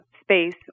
space